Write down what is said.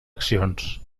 accions